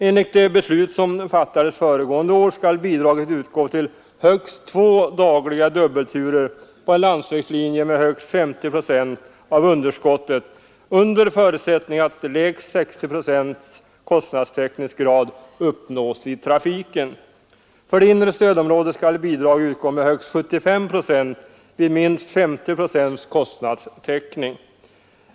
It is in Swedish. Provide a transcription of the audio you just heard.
Enligt de beslut som fattades föregående år skall bidraget utgå till högst två dagliga dubbelturer på en landsvägslinje med högst 50 procent av underskottet, under förutsättning att lägst 60 procents kostnadstäckningsgrad uppnås i trafiken. För det inre stödområdet skall bidrag utgå med högst 75 procent vid minst 50 procents kostnadstäckning.